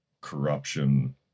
corruption